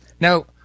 Now-